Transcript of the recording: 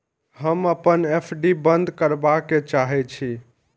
हम अपन एफ.डी बंद करबा के चाहे छी